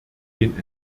den